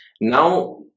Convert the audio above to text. Now